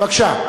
בבקשה.